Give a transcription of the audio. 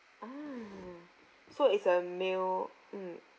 ah so it's a male mm